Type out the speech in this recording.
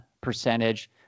percentage